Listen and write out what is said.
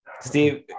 Steve